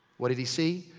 what did he see?